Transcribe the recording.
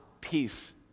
peace